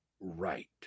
right